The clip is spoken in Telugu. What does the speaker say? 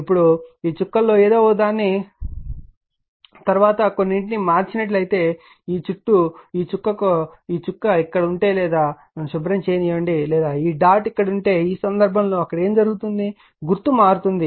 ఇప్పుడు ఈ చుక్కల లో ఏదో ఒకదాని తర్వాత కొన్నింటిని మార్చినట్లయితే ఈ చుక్క ఇక్కడ ఉంటే లేదా నన్ను శుభ్రం చేయనివ్వండి లేదా ఈ డాట్ ఇక్కడ ఉంటే ఈ సందర్భంలో అక్కడ ఏమి జరుగుతుంది గుర్తు మారుతుంది